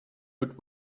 would